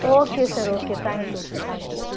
okay sir okay thank you sir thank you